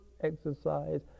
exercise